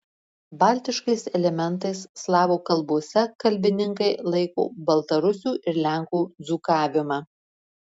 baltiškais elementais slavų kalbose kalbininkai laiko baltarusių ir lenkų dzūkavimą